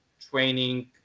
training